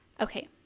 okay